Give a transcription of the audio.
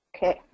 Okay